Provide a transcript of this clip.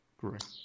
correct